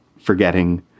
forgetting